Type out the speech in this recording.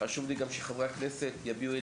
חשוב לי גם שחברי הכנסת יביעו גם את